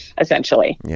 Essentially